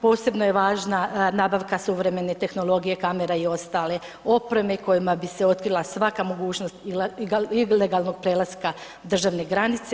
Posebno je važna nabavka suvremene tehnologije, kamera i ostale opreme kojima bi se otkrila svaka mogućnost ilegalnog prelaska državne granice.